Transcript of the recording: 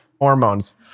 hormones